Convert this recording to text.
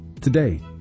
today